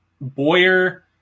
Boyer